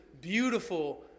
beautiful